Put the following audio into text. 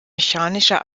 mechanischer